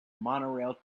monorail